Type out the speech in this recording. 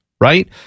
right